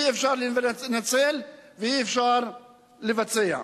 אי-אפשר לנצל אותו ואי-אפשר לבצע.